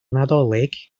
nadolig